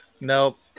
Nope